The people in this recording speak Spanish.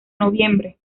noviembre